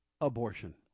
abortion